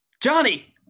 Johnny